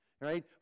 right